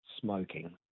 smoking